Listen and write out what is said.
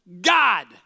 God